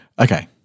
okay